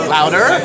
Louder